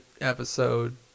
episode